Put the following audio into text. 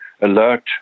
alert